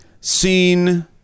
seen